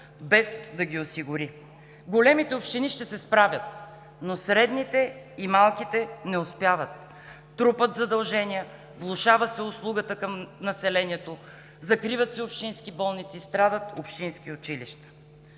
без да ги осигури. Големите общини ще се справят, но средните и малките не успяват. Те трупат задължения, влошава се услугата към населението, закриват се общински болници, страдат общински училища.